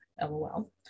lol